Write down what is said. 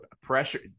pressure